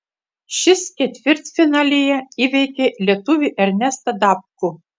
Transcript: šis ketvirtfinalyje įveikė lietuvį ernestą dapkų